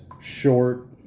short